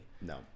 No